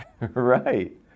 Right